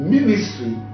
Ministry